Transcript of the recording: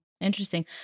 Interesting